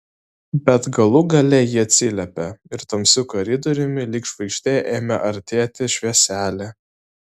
bet galų gale ji atsiliepė ir tamsiu koridoriumi lyg žvaigždė ėmė artėti švieselė